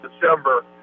December